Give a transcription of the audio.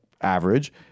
average